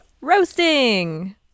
Roasting